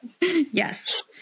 yes